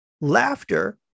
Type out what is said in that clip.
laughter